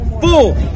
full